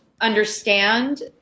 understand